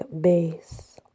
base